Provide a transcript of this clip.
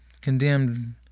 condemned